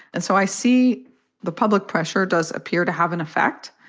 and so i see the public pressure does appear to have an effect,